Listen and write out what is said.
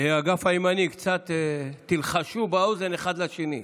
האגף הימני, לחשו באוזן אחד לשני.